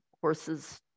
horses